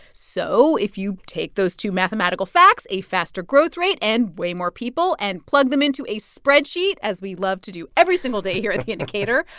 so if you take those two mathematical facts a faster growth rate and way more people and plug them into a spreadsheet as we love to do every single day here at the indicator,